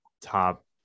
top